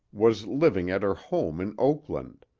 was living at her home in oakland,